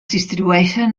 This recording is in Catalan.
distribueixen